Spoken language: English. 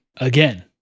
Again